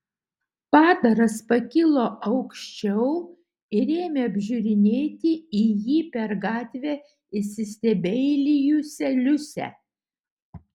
padaras pakilo aukščiau ir ėmė apžiūrinėti į jį per gatvę įsistebeilijusią liusę